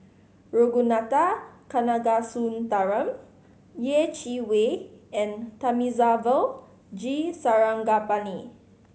Ragunathar Kanagasuntheram Yeh Chi Wei and Thamizhavel G Sarangapani